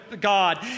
God